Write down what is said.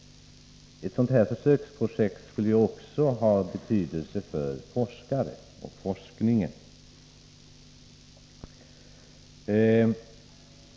Ett sådant här försöksprojekt skulle också ha betydelse för forskning och forskare.